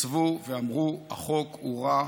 התייצבו ואמרו: החוק הוא רע,